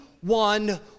one